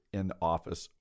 in-office